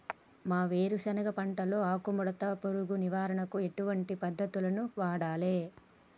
మా వేరుశెనగ పంటలో ఆకుముడత పురుగు నివారణకు ఎటువంటి పద్దతులను వాడాలే?